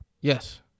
Yes